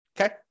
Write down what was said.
okay